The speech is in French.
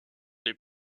les